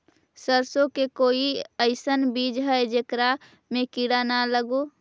सरसों के कोई एइसन बिज है जेकरा में किड़ा न लगे?